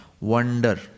wonder